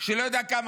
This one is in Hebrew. שהוא לא יודע כמה.